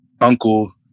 uncle